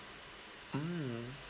mm